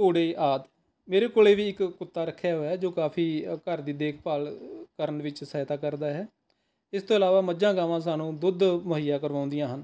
ਘੋੜੇ ਆਦਿ ਮੇਰੇ ਕੋਲ ਵੀ ਇੱਕ ਕੁੱਤਾ ਰੱਖਿਆ ਹੋਇਆ ਜੋ ਕਾਫੀ ਘਰ ਦੀ ਦੇਖ ਭਾਲ ਕਰਨ ਵਿੱਚ ਸਹਾਇਤਾ ਕਰਦਾ ਹੈ ਇਸ ਤੋਂ ਇਲਾਵਾ ਮੱਝਾਂ ਗਾਵਾਂ ਸਾਨੂੰ ਦੁੱਧ ਮੁਹੱਈਆਂ ਕਰਵਾਉਦੀਆਂ ਹਨ